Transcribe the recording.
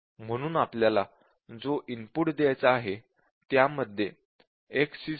म्हणून आपल्याला जो इनपुट द्यायचा आहे त्यामध्ये x